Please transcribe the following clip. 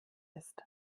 ist